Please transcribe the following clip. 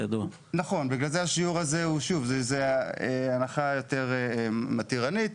נכון, וזאת באמת הנחה יותר מתירנית,